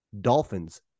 Dolphins